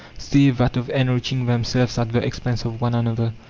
save that of enriching themselves at the expense of one another.